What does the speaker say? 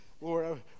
Lord